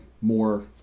More